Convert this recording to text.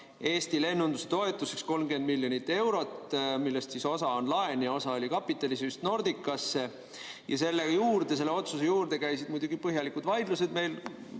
Eesti lennunduse toetuseks 30 miljonit eurot, millest osa on laen ja osa oli kapitalisüst Nordicasse. Selle otsuse juurde käisid meil muidugi põhjalikud vaidlused,